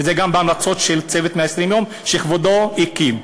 זה גם בהמלצות של "צוות 120 הימים" שכבודו הקים,